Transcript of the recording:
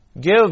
Give